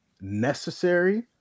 necessary